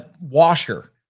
washer